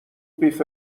قیف